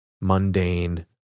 mundane